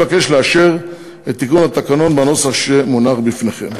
אני מבקש לאשר את תיקון התקנון בנוסח שמונח בפניכם.